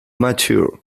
mature